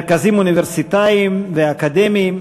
מרכזים אוניברסיטאיים ואקדמיים,